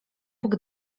bóg